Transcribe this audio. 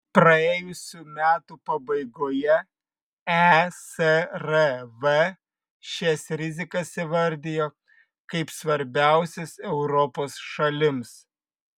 praėjusių metų pabaigoje esrv šias rizikas įvardijo kaip svarbiausias europos šalims